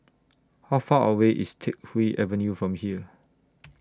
How Far away IS Teck Whye Avenue from here